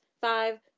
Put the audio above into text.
five